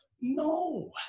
No